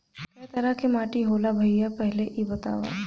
कै तरह के माटी होला भाय पहिले इ बतावा?